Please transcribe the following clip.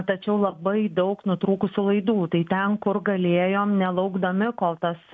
tačiau labai daug nutrūkusių laidų tai ten kur galėjom nelaukdami kol tas